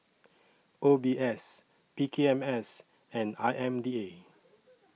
O B S P K M S and I M D A